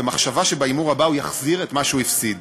במחשבה שבהימור הבא הוא יחזיר את מה שהוא הפסיד.